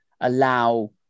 allow